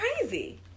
crazy